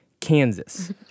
Kansas